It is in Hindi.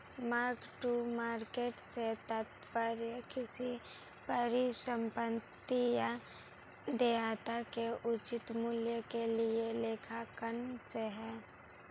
मार्क टू मार्केट से तात्पर्य किसी परिसंपत्ति या देयता के उचित मूल्य के लिए लेखांकन से है